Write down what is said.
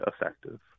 effective